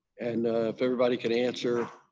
and if everybody can answer